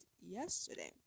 yesterday